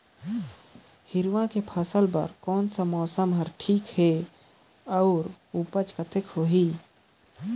हिरवा के फसल बर कोन सा मौसम हवे ठीक हे अउर ऊपज कतेक होही?